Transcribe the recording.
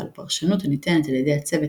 אבל הפרשנות הניתנת על ידי הצוות